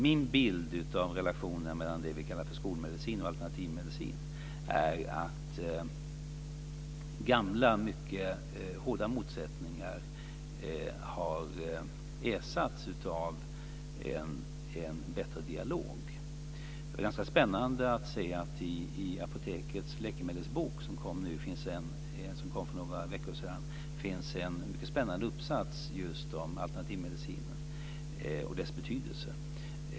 Min bild av relationen mellan det vi kallar skolmedicin och alternativmedicin är att gamla, mycket hårda motsättningar har ersatts av en bättre dialog. I apotekets läkemedelsbok som kom för några veckor sedan finns en mycket spännande uppsats om just alternativmedicin och dess betydelse.